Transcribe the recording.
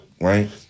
right